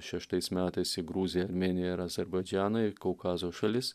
šeštais metais į gruziją armėniją ir azerbaidžaną į kaukazo šalis